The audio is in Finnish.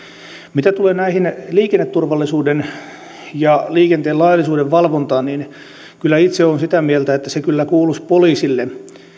mitä tulee liikenneturvallisuuden ja liikenteen laillisuuden valvontaan niin kyllä itse olen sitä mieltä että se kyllä kuuluisi poliisille